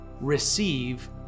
receive